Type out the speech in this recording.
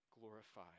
Glorify